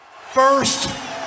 First